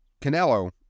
Canelo